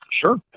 Sure